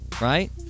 Right